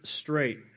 straight